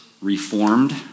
Reformed